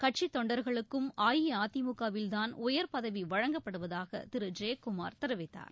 கட்சித் தொண்டர்களுக்கும் அஇஅதிமுகவில்தான் உயர் பதவி வழங்கப்படுவதாக திரு ஜெயக்குமார் தெரிவித்தார்